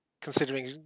considering